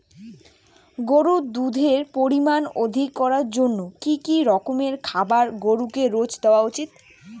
গরুর দুধের পরিমান অধিক করার জন্য কি কি রকমের খাবার গরুকে রোজ দেওয়া উচিৎ?